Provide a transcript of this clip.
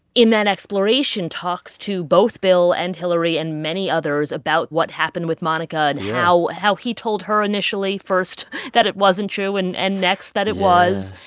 in that exploration, talks to both bill and hillary and many others about what happened with monica and. yeah. how he told her initially first that it wasn't true and and next that it was.